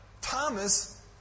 Thomas